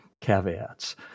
caveats